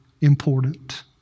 important